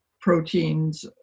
proteins